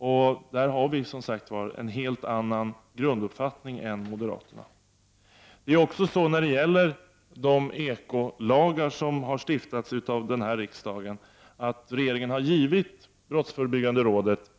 På det området har vi en helt annan grunduppfattning än moderaterna. De ekolagar som har stiftats av denna riksdag har regeringen gett brottsförebyggande rådet